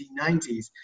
1990s